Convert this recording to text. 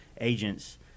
agents